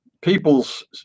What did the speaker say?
people's